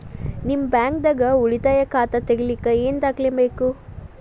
ನಿಮ್ಮ ಬ್ಯಾಂಕ್ ದಾಗ್ ಉಳಿತಾಯ ಖಾತಾ ತೆಗಿಲಿಕ್ಕೆ ಏನ್ ದಾಖಲೆ ಬೇಕು?